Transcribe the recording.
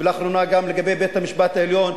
ולאחרונה גם על בית-המשפט העליון.